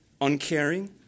uncaring